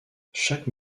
chaque